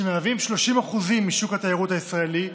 שמהווה 30% משוק התיירות הישראלי,